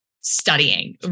studying